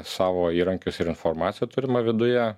savo įrankius ir informaciją turimą viduje